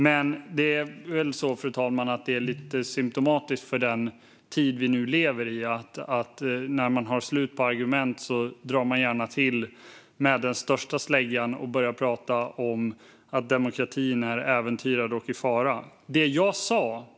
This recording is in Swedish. Men det är väl lite symtomatiskt för den tid vi lever i att när man har slut på argument drar man gärna till med den största släggan och börjar prata om att demokratin är äventyrad och i fara. Fru talman!